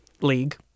League